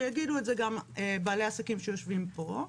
ויגידו את זה גם בעלי העסקים שיושבים פה.